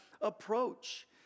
approach